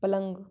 पलंग